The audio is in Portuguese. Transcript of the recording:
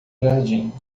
jardim